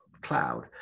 cloud